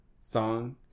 song